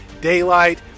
Daylight